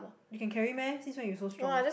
you can carry meh since when you so strong